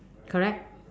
correct